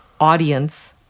audience